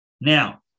Now